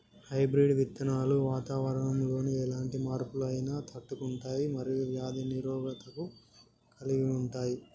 hybrid విత్తనాలు వాతావరణంలోని ఎలాంటి మార్పులనైనా తట్టుకుంటయ్ మరియు వ్యాధి నిరోధకతను కలిగుంటయ్